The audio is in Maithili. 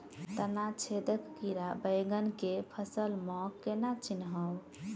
तना छेदक कीड़ा बैंगन केँ फसल म केना चिनहब?